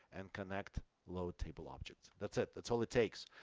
and connect load table objects. that's it, that's all it takes.